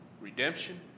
redemption